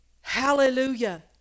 Hallelujah